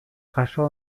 jaso